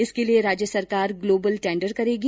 इसके लिए राज्य सरकार ग्लोबल टेंडर करेगी